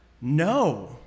no